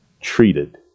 treated